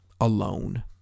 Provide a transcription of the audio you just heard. alone